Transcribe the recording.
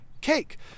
cake